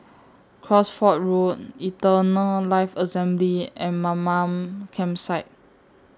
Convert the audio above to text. Cosford Road Eternal Life Assembly and Mamam Campsite